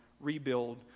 rebuild